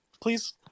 please